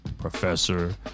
professor